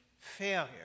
failure